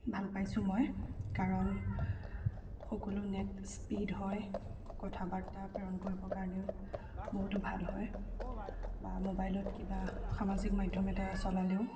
ভাল পাইছোঁ মই কাৰণ সকলো নেট স্পীড হয় কথা বাৰ্তা প্ৰেৰণ কৰিবৰ কাৰণেও বহুতো ভাল হয় বা মোবাইলত কিবা সামাজিক মাধ্যম এটা চলালেও